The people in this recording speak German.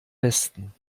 besten